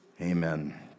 Amen